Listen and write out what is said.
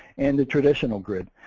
and the traditional grid.